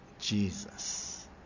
Jesus